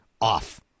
off